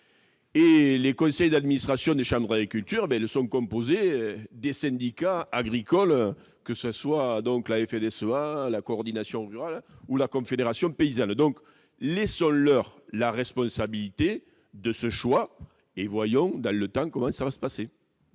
Et les conseils d'administration des chambres et culture mais le sont composées des syndicats agricoles, que ce soit donc la FNSEA, la coordination rurale ou la Confédération paysanne, donc laissons leur la responsabilité de ce choix et voyant dans le temps, comment ça va se passer.